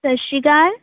ਸਤਿ ਸ਼੍ਰੀ ਅਕਾਲ